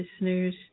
listeners